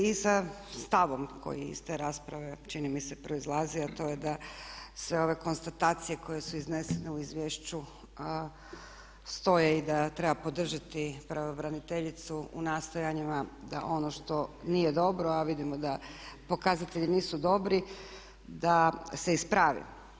I sa stavom koji iz te rasprave proizlazi čini mi se a to je da sa ove konstatacije koje su iznesene u izvješću stoje i da treba podržati pravobraniteljicu u nastojanjima da ono što nije dobro a vidimo da pokazatelji nisu dobri, da se ispravi.